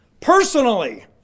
personally